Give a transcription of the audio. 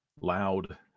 loud